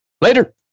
Later